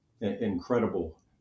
incredible